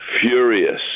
furious